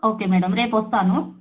okay madam రేపు వస్తాను